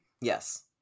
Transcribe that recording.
Yes